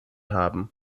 haben